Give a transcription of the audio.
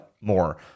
more